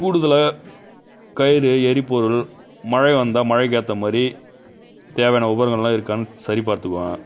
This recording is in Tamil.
கூடுதலாக கயிறு எரிபொருள் மழை வந்தால் மழைக்கு ஏற்ற மாதிரி தேவையான உபகரணங்களெலாம் இருக்கான்னு சரி பார்த்துக்குவேன்